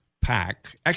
Pack